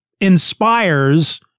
inspires